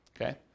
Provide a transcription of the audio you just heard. Okay